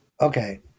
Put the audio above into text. Okay